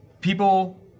People